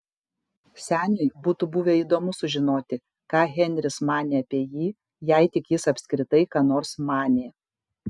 seniui būtų buvę įdomu sužinoti ką henris manė apie jį jei tik jis apskritai ką nors manė